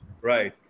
Right